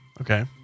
Okay